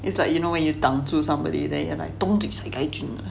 it's like you know when you 挡住 somebody then they're like dong ju sai kai jun